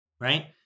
Right